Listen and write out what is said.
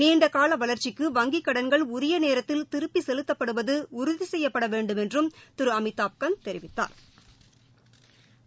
நீண்டகாலவளர்சசிக்கு வங்கிகடன்கள் உரியநேரத்தில் திருப்பிசெலுத்தப்படுவதுஉறுதிசெய்யப்படவேண்டுமென்றும் திருஅமிதாப் கந்த் தெரிவித்தாா்